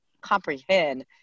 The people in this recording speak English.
comprehend